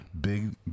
Big